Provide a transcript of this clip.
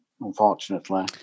unfortunately